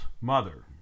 mother